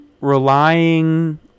relying